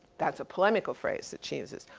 that's a polemical phrase that she uses,